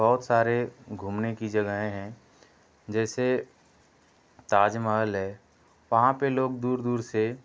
बहुत सारे घूमने कि जगहें हैं जैसे ताजमहल है वहाँ पर लोग दूर दूर से